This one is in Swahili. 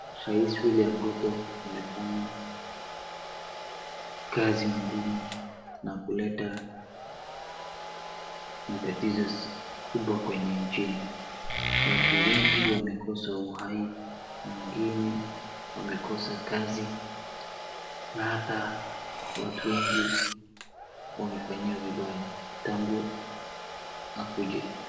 Raisi William Ruto amefanya kazi ngumu na kuleta matatizo kubwa kwenye nchini watu wengi wamekosa uhai wengine wamekosa kazi na ata watu wengi wamefanyiwa vibaya tangu akuje.